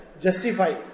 justify